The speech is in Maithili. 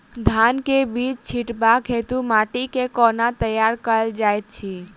धान केँ बीज छिटबाक हेतु माटि केँ कोना तैयार कएल जाइत अछि?